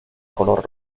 color